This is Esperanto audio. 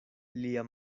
lia